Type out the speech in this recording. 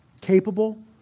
capable